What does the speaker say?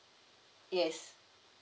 yes